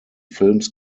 films